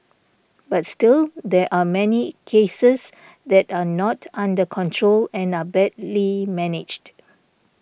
but still there are many cases that are not under control and are badly managed